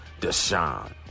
Deshaun